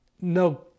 No